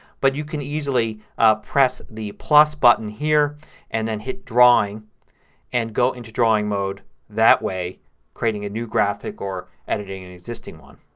but you can easily press the plus button here and then hit drawing and go into drawing mode that way creating a new graphic or editing an existing one.